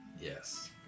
Yes